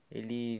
Ele